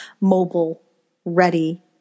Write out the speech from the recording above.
mobile-ready